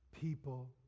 people